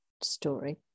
story